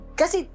kasi